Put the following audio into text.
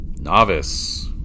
Novice